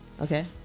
okay